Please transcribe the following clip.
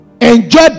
enjoy